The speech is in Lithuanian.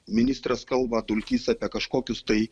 ministras kalba dulkys apie kažkokius tai